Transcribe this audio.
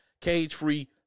Cage-free